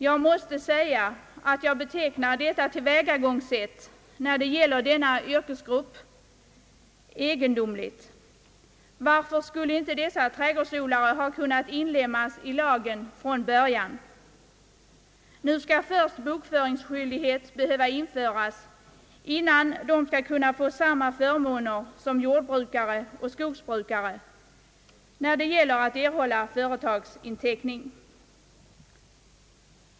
Jag måste beteckna detta tillvägagångssätt gentemot ifrågavarande yrkesgrupp egendomligt. Varför skulle inte dessa trädgårdsodlare ha kunnat tas med i lagen redan från början? Nu skall först bokföringsskyldighet behöva införas innan de får samma möjligheter som jordbrukare och skogsbrukare att erhålla företagsinteckning.